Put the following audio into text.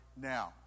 now